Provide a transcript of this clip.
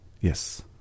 Yes